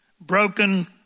Broken